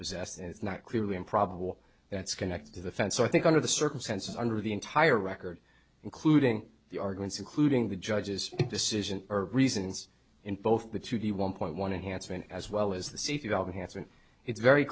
possessed and it's not clearly improbable that's connected to the fence so i think under the circumstances under the entire record including the arguments including the judge's decision or reasons in both the two the one point one and hansen as well as the seat of hansen it's very